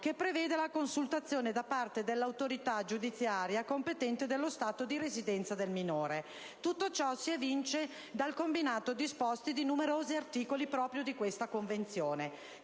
che preveda la consultazione da parte dell'autorità giudiziaria competente dello Stato di residenza del minore. Tutto ciò si evince dal combinato disposto di numerosi articoli proprio di tale Convenzione;